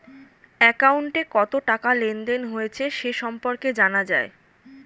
অ্যাকাউন্টে কত টাকা লেনদেন হয়েছে সে সম্পর্কে জানা যায়